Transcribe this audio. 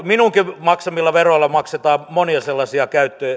minunkin maksamillani veroilla maksetaan monia sellaisia